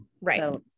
right